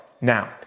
now